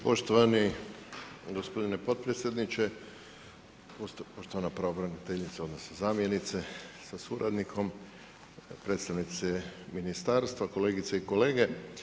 Poštovani gospodine potpredsjedniče, poštovana pravobraniteljice odnosno zamjenice sa suradnikom, predstavnici ministarstva, kolegice i kolege.